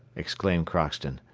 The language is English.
exclaimed crockston.